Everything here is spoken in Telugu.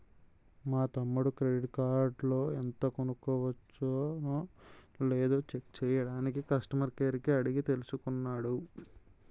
మా తమ్ముడు క్రెడిట్ కార్డులో ఎంత కొనవచ్చునో లేదో చెక్ చెయ్యడానికి కష్టమర్ కేర్ ని అడిగి తెలుసుకున్నాడు